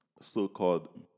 so-called